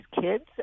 kids